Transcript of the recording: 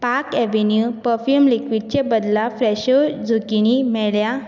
park avenue perfume लिक्विडचे बदला फ्रेशो झुकिनी मेळ्ळ्या